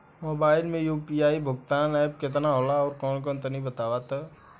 Mobile म UPI भुगतान app केतना होला आउरकौन कौन तनि बतावा?